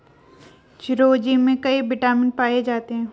चिरोंजी में कई विटामिन पाए जाते हैं